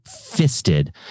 fisted